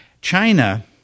China